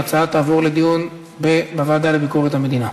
ההצעה תועבר לדיון בוועדה לביקורת המדינה.